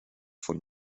von